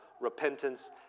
repentance